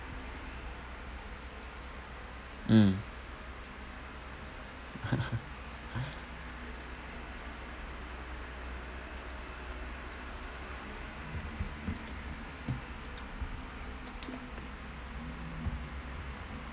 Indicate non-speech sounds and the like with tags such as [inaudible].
mm [laughs]